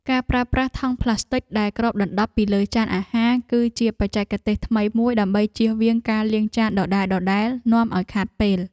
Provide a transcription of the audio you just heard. ការប្រើប្រាស់ថង់ប្លាស្ទិចដែលគ្របដណ្ដប់ពីលើចានអាហារ គឺជាបច្ចេកទេសថ្មីមួយដើម្បីជៀសវាងការលាងចានដដែលៗនាំឱ្យខាតពេល។